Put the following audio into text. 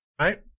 right